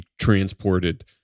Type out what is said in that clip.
transported